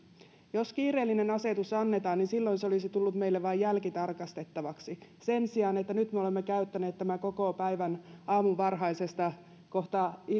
jos kiireellinen asetus annetaan niin silloin se olisi tullut meille vain jälkitarkastettavaksi sen sijaan nyt me olemme käyttäneet tämän koko päivän aamuvarhaisesta kohta